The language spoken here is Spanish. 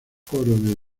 coro